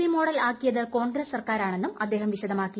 P model ആക്കിയത് കോൺഗ്രസ് സർക്കാരാണെന്നും അദ്ദേഹം വിശദമാക്കി